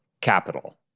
Capital